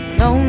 no